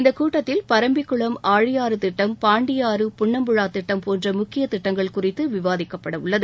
இந்தக் கூட்டத்தில் பரம்பிக்குளம் ஆழியாறு திட்டம் பாண்டியாறு புன்னம்புழா திட்டம் போன்ற முக்கியத் திட்டங்கள் குறித்து விவாதிக்கப்படவுள்ளது